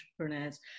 entrepreneurs